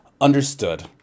Understood